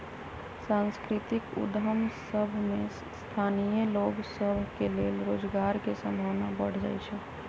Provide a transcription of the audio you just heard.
सांस्कृतिक उद्यम सभ में स्थानीय लोग सभ के लेल रोजगार के संभावना बढ़ जाइ छइ